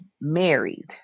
married